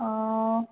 ହଁ